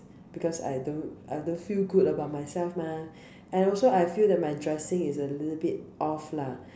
because I don't I don't feel good about myself mah and also I feel that my dressing is a little bit off lah